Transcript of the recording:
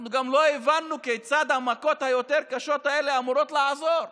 אנחנו גם לא הבנו כיצד המכות היותר-קשות האלה אמורות לעזור.